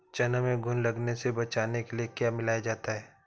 चना में घुन लगने से बचाने के लिए क्या मिलाया जाता है?